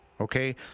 okay